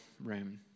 room